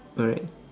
alright